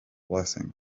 blessing